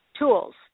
Tools